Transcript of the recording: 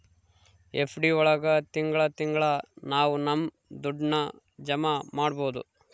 FD ಒಳಗ ತಿಂಗಳ ತಿಂಗಳಾ ನಾವು ನಮ್ ದುಡ್ಡನ್ನ ಜಮ ಮಾಡ್ಬೋದು